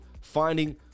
Finding